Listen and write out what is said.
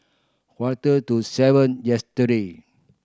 quarter to seven yesterday